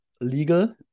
legal